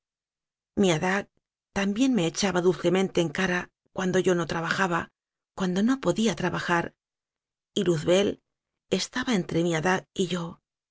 mi adah también me echaba dulcemente en cara cuando yo no trabajaba cuando no podía trabajar y lqzbel estaba entre mi adah y yo